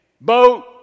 Boat